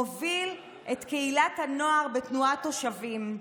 מוביל את קהילת הנוער בתנועת "תושווים",